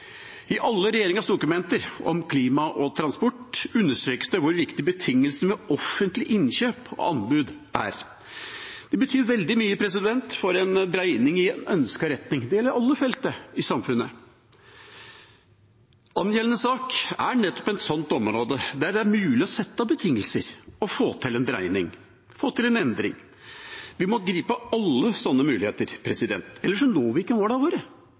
I alle regjeringas dokumenter om klima og transport understrekes det hvor viktig betingelsene ved offentlige innkjøp og anbud er. Det betyr veldig mye for en dreining i ønsket retning. Det gjelder alle felt i samfunnet. Angjeldende sak er nettopp et sånt område der det er mulig å sette betingelser og få til en dreining, få til en endring. Vi må gripe alle sånne muligheter, ellers når vi ikke målene våre. Hvis vi ikke